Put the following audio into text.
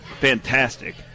fantastic